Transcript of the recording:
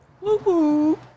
Woo-hoo